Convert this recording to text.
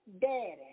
daddy